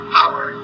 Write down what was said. power